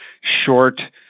short